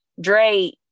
Dre